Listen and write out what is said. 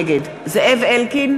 נגד זאב אלקין,